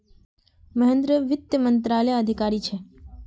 महेंद्र वित्त मंत्रालयत अधिकारी छे